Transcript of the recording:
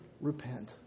Repent